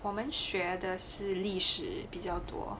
我们学的是历史比较多